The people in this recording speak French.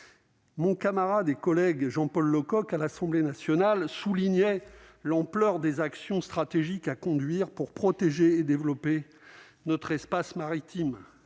Mon camarade et collègue Jean-Paul Lecoq à l'Assemblée nationale, soulignait l'ampleur des actions stratégiques à conduire pour protéger et développer notre espace maritime